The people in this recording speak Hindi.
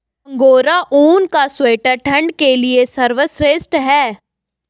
अंगोरा ऊन का स्वेटर ठंड के लिए सर्वश्रेष्ठ है